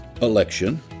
election